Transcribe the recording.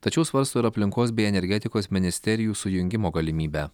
tačiau svarsto ir aplinkos bei energetikos ministerijų sujungimo galimybę